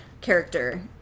character